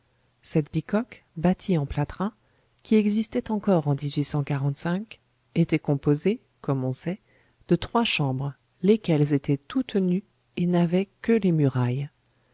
cette bicoque bâtie en plâtras qui existait encore en était composée comme on sait de trois chambres lesquelles étaient toutes nues et n'avaient que les murailles